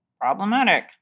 problematic